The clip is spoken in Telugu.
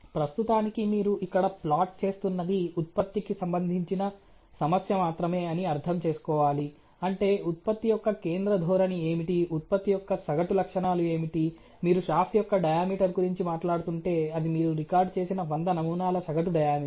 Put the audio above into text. ప్రస్తుతానికి మీరు ఇక్కడ ప్లాట్ చేస్తున్నది ఉత్పత్తికి సంబంధించిన సమస్య మాత్రమే అని అర్థం చేసుకోవాలి అంటే ఉత్పత్తి యొక్క కేంద్ర ధోరణి ఏమిటి ఉత్పత్తి యొక్క సగటు లక్షణాలు ఏమిటి మీరు షాఫ్ట్ యొక్క డయామీటర్ గురించి మాట్లాడుతుంటే అది మీరు రికార్డ్ చేసిన 100 నమూనాల సగటు డయామీటర్